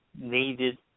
needed